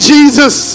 Jesus